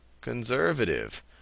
Conservative